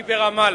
היא ברמאללה.